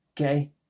Okay